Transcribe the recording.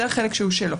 זה החלק שהוא שלו.